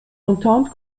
entente